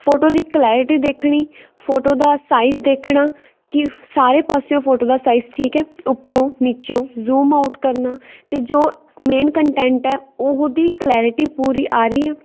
photo ਦੀ clarity ਦੇਖਣੀ photo ਦਾ ਸਾਈਜ਼ ਦੇਖਣਾ ਕਿ ਸਾਰੇ ਪਾਸਿਓ ਫੋਟੋ ਦਾ ਸਾਈਜ਼ ਠੀਕ ਹੈ ਉੱਪਰੋਂ ਨੀਚੇਓਂ ਜੂਮ ਆਊਟ ਕਰਨਾ ਅਤੇ ਜੋ ਮੇਨ ਕੰਟੈਂਟ ਹੈ ਉਹਦੀ ਕਲੈਰਟੀ ਪੂਰੀ ਆ ਰਹੀ ਹੈ